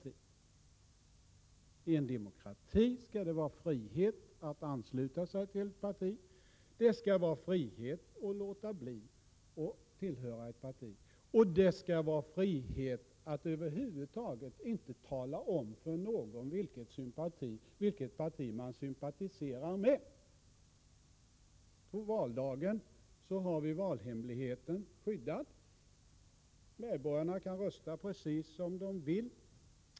I en demokrati skall det vara frihet att ansluta sig till ett parti, frihet att låta bli att tillhöra ett parti, och man skall ha friheten att över huvud taget inte behöva tala om vilket parti man sympatiserar med. Valhemligheten är skyddad, och medborgarna kan rösta precis som de vill.